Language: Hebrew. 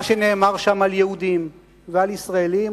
מה שנאמר שם על יהודים ועל ישראלים